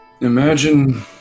Imagine